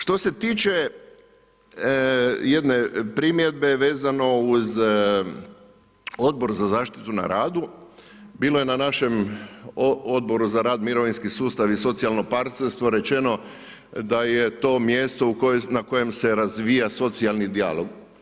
Što se tiče jedne primjedbe vezano uz Odbor za zaštitu na radu, bilo je na našem Odboru za rad, mirovinski sustav i socijalno partnerstvo rečeno da je to mjesto na kojem se razvija socijalni dijalog.